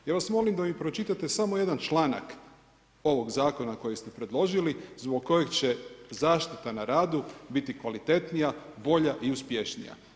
Ja vas molim da mi pročitate samo jedan članak ovog zakona koji ste predložili zbog kojeg će zaštita na radu biti kvalitetnija, bolja i uspješnija.